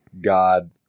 God